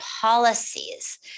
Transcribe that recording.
policies